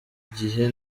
gihe